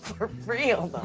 for real